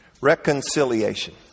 reconciliation